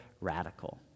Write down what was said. radical